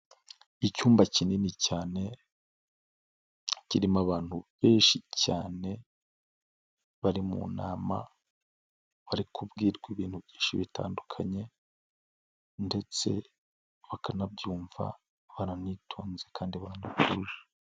Icyumba kinini cyane kirimo abantu benshi cyane bari mu nama, bari kubwirwa ibintu byinshi bitandukanye ndetse bakanabyumva baranitonze kandi baranatuje.